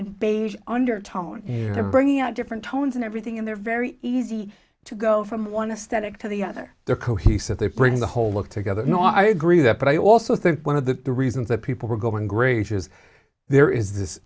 and beige undertone bringing out different tones and everything in there very easy to go from one to static to the other they're cohesive they bring the whole look together no i agree that but i also think one of the reasons that people were going great is there is this